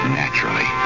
naturally